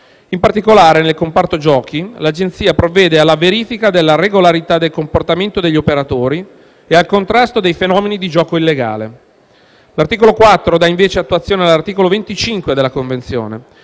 In particolare, nel comparto giochi l'Agenzia provvede alla verifica della regolarità del comportamento degli operatori e al contrasto dei fenomeni di gioco illegale. L'articolo 4 dà invece attuazione all'articolo 25 della Convenzione,